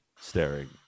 staring